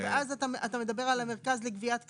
ואז אתה מדבר על המרכז לגביית קנסות?